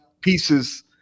pieces